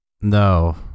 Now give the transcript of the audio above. No